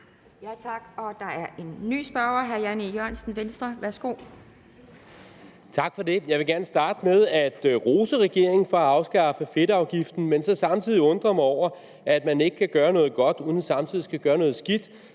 Jørgensen, Venstre, værsgo. Kl. 10:48 Jan E. Jørgensen (V): Tak for det. Jeg vil gerne starte med at rose regeringen for at afskaffe fedtafgiften, men samtidig undre mig over, at man ikke kan gøre noget godt uden samtidig at skulle gøre noget skidt